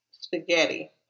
Spaghetti